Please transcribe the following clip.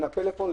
הטלפון,